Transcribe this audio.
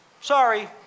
sorry